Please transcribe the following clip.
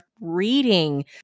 reading